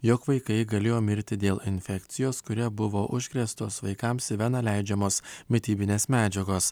jog vaikai galėjo mirti dėl infekcijos kuria buvo užkrėstos vaikams į veną leidžiamos mitybinės medžiagos